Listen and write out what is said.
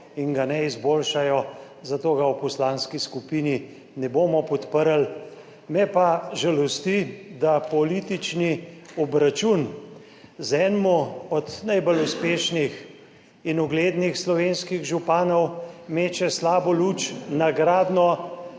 in ga ne izboljšajo, zato tega amandmaja v poslanski skupini ne bomo podprli. Me pa žalosti, da politični obračun z enim od najbolj uspešnih in uglednih slovenskih županov meče slabo luč na gradnjo